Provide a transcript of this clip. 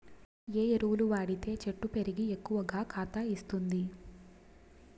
ఏ ఎరువులు వాడితే చెట్టు పెరిగి ఎక్కువగా కాత ఇస్తుంది?